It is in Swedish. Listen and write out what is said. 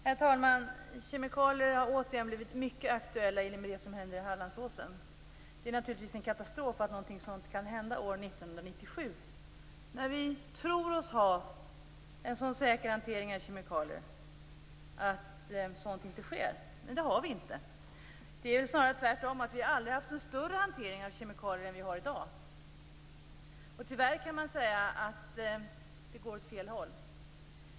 Herr talman! Kemikalier har återigen blivit mycket aktuella i och med det som händer i Hallandsåsen. Det är naturligtvis en katastrof att någonting sådant kan hända år 1997, när vi tror oss ha en sådan säker hantering av kemikalier att sådant inte sker. Men det har vi inte. Det är snarare tvärtom. Vi har aldrig haft en större hantering av kemikalier än vi har i dag. Tyvärr kan man säga att det går åt fel håll.